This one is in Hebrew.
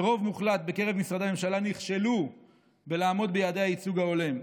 ורוב מוחלט בקרב משרדי הממשלה נכשלו בלעמוד ביעדי הייצוג ההולם.